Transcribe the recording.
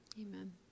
Amen